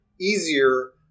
easier